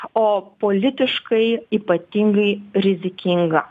o politiškai ypatingai rizikinga